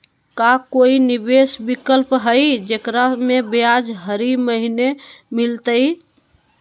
का कोई निवेस विकल्प हई, जेकरा में ब्याज हरी महीने मिलतई?